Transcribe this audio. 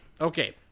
Okay